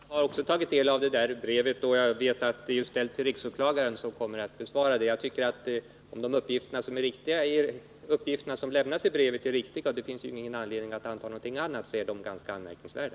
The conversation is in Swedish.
Herr talman! Också jag har tagit del av det där brevet, och jag vet att det är ställt till riksåklagaren, som kommer att besvara det. Om de uppgifter som lämnasi brevet är riktiga — och det finns ju ingen anledning att anta någonting annat — så är de ganska anmärkningsvärda.